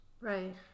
Right